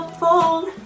phone